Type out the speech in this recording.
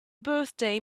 birthday